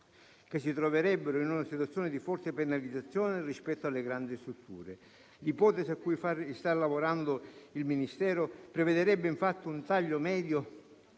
che si troverebbero in una situazione di forte penalizzazione rispetto alle grandi strutture. L'ipotesi cui sta lavorando il Ministero prevedrebbe, infatti, un taglio medio